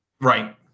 Right